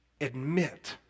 admit